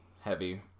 heavy